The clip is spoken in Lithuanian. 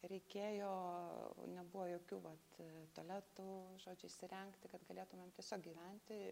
reikėjo nebuvo jokių vat tualetų žodžiu įsirengti kad galėtumėm tiesiog gyventi